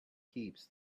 heaps